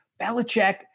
Belichick